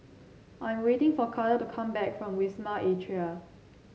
I'm waiting for Carter to come back from Wisma Atria